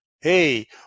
hey